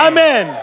Amen